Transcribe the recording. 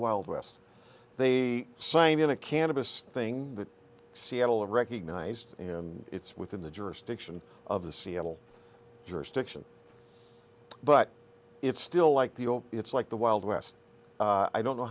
wild west they sign in a cannabis thing that seattle recognized and it's within the jurisdiction of the seattle jurisdiction but it's still like the old it's like the wild west i don't know